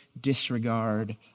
disregard